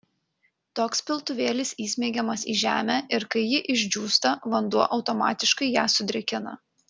toks piltuvėlis įsmeigiamas į žemę ir kai ji išdžiūsta vanduo automatiškai ją sudrėkina